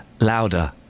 Louder